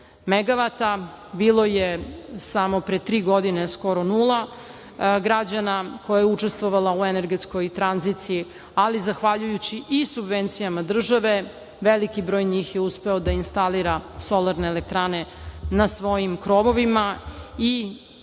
megavata. Bilo je samo pre tri godine skoro nula građana koji su učestvovali u energetskoj tranziciji, ali zahvaljujući i subvencijama države veliki broj njih je uspeo da instalira solarne elektrane na svojim krovovima i